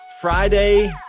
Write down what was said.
Friday